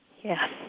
Yes